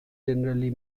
generally